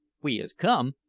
we is come,